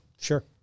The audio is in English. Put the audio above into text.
Sure